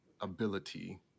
ability